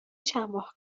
چندماه